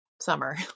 summer